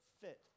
fit